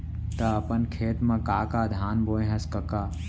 त अपन खेत म का का धान बोंए हस कका?